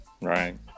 Right